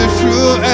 true